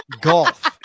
golf